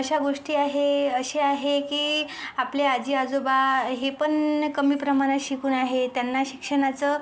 अशा गोष्टी आहे अशी आहे की आपले आजी आजोबा हे पण कमी प्रमाणात शिकून आहे त्यांना शिक्षणाचं